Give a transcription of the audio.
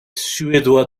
suédois